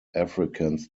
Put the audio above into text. africans